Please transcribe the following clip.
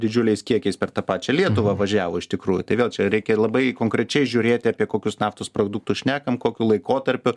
didžiuliais kiekiais per tą pačią lietuvą važiavo iš tikrųjų tai vėl čia reikia labai konkrečiai žiūrėti apie kokius naftos produktus šnekam kokiu laikotarpiu